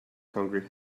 hungry